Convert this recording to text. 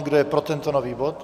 Kdo je pro tento nový bod?